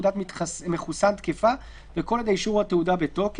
לרבות מי שקיבל תעודת מחוסן תקפה וכל עוד האישור או התעודה בתוקף.